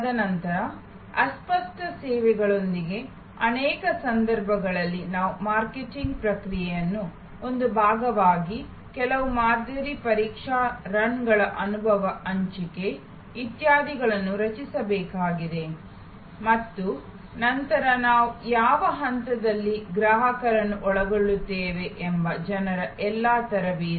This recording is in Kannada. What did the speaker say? ತದನಂತರ ಅಸ್ಪಷ್ಟ ಸೇವೆಗಳೊಂದಿಗೆ ಅನೇಕ ಸಂದರ್ಭಗಳಲ್ಲಿ ನಾವು ಮಾರ್ಕೆಟಿಂಗ್ ಪ್ರಕ್ರಿಯೆಯ ಒಂದು ಭಾಗವಾಗಿ ಕೆಲವು ಮಾದರಿ ಪರೀಕ್ಷಾ ರನ್ಗಳು ಅನುಭವ ಹಂಚಿಕೆ ಇತ್ಯಾದಿಗಳನ್ನು ರಚಿಸಬೇಕಾಗಿದೆ ಮತ್ತು ನಂತರ ನಾವು ಯಾವ ಹಂತದಲ್ಲಿ ಗ್ರಾಹಕರನ್ನು ಒಳಗೊಳ್ಳುತ್ತೇವೆ ಎಂಬ ಜನರ ಎಲ್ಲಾ ತರಬೇತಿ